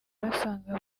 basanga